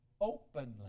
openly